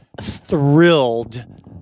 thrilled